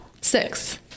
Six